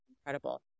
incredible